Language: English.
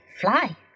fly